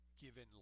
given